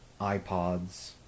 iPods